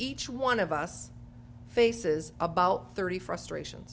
each one of us faces about thirty frustration